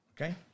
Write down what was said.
okay